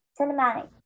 cinematic